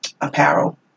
apparel